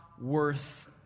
worth